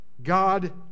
God